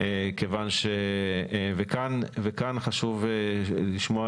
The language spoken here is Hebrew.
אני אציין,